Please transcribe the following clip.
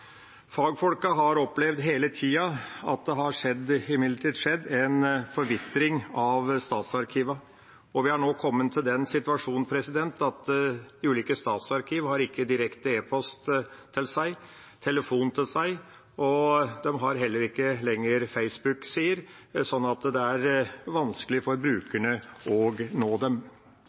Fagfolkene har imidlertid hele tida opplevd at det har skjedd en forvitring av statsarkivene, og vi er nå kommet i den situasjonen at de ulike statsarkivene ikke har direkte e-post eller telefon til seg, og de har heller ikke lenger Facebook-sider, slik at det er vanskelig for brukerne å nå dem.